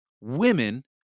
Women